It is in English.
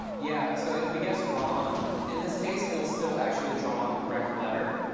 yeah. so if we guess wrong in this case, it'll still actually draw the correct letter.